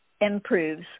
improves